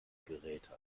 geräte